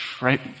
right